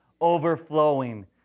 overflowing